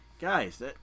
Guys